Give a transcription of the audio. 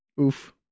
Oof